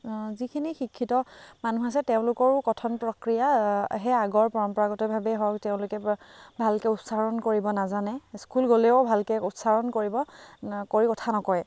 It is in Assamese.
যিখিনি শিক্ষিত মানুহ আছে তেওঁলোকৰো কথন প্ৰক্ৰিয়া সেই আগৰ পৰম্পৰাগতভাৱে হওক তেওঁলোকে ভালকৈ উচ্চাৰণ কৰিব নাজানে স্কুল গ'লেও ভালকৈ উচ্চাৰণ কৰিব কৰি কথা নকয়